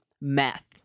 meth